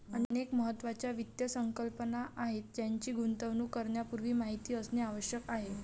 अनेक महत्त्वाच्या वित्त संकल्पना आहेत ज्यांची गुंतवणूक करण्यापूर्वी माहिती असणे आवश्यक आहे